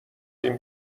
این